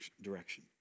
direction